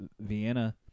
Vienna